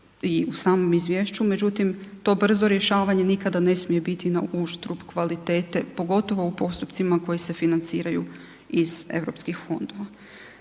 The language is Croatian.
i u samom izvješću međutim to brzo rješavanje nikada ne smije biti na uštrb kvalitete pogotovo u postupcima koji se financiraju iz europskih fondova.